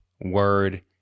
word